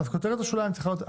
אז כותרת השוליים צריכה להיות.